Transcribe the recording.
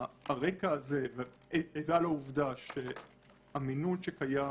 הרקע הזה והעובדה שהמינון של הניקוטין שקיים